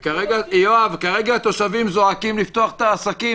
יואב, כרגע התושבים זועקים לפתוח את העסקים.